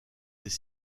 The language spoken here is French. des